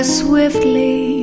swiftly